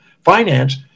finance